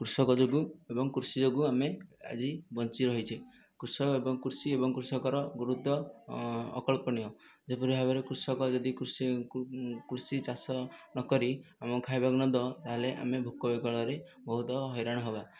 କୃଷକ ଯୋଗୁଁ ଏବଂ କୃଷି ଯୋଗୁଁ ଆମେ ଆଜି ବଞ୍ଚି ରହିଛେ କୃଷକ ଏବଂ କୃଷି ଏବଂ କୃଷକର ଗୁରୁତ୍ୱ ଅକଳ୍ପନୀୟ ଯେପରି ଭାବରେ କୃଷକ ଯଦି କୃଷିକୁ କୃଷି ଚାଷ ନ କରି ଆମକୁ ଖାଇବାକୁ ନ ଦେବ ତାହେଲେ ଆମେ ଭୋକ ବିକଳରେ ବହୁତ ହଇରାଣ ହେବା